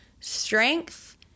strength